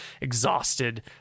Exhausted